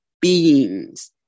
beings